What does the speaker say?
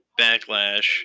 backlash